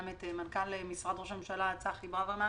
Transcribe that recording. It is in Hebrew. גם את מנכ"ל משרד ראש הממשלה צחי ברוורמן